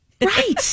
Right